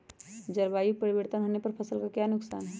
जलवायु परिवर्तन होने पर फसल का क्या नुकसान है?